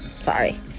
sorry